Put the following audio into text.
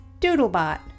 Doodlebot